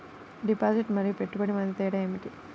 Deposit మరియు పెట్టుబడి మధ్య తేడా ఏమిటి?